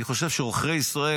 אני חושב שעוכרי ישראל,